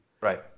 Right